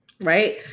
right